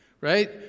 right